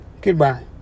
Goodbye